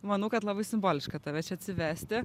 manau kad labai simboliška tave čia atsivesti